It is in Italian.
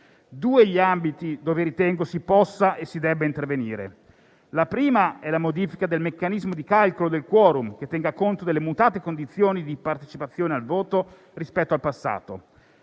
sono gli ambiti dove ritengo si possa e si debba intervenire: il primo è la modifica del meccanismo di calcolo del *quorum,* che tenga conto delle mutate condizioni di partecipazione al voto rispetto al passato: